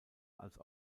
als